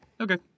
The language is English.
Okay